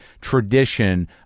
tradition